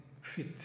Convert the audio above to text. fit